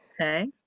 Okay